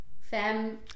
Fam